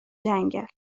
جنگل